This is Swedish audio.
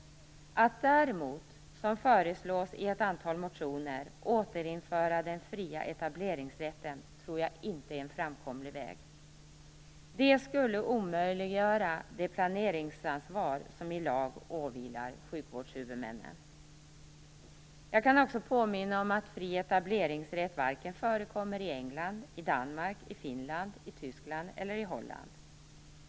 Att däremot, som föreslås i ett antal motioner, återinföra den fria etableringsrätten tror jag inte är en framkomlig väg. Det skulle omöjliggöra det planeringsansvar som i lag åvilar sjukvårdshuvudmännen. Jag kan också påminna om att fri etableringsrätt inte förekommer i England, Danmark, Finland, Tyskland eller Holland.